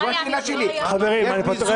לא עשינו מיזוג סיעות.